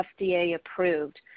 FDA-approved